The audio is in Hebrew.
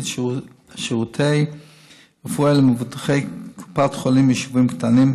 (שירות רפואי למבוטחי קופת חולים ביישובים קטנים),